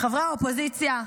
חברי האופוזיציה,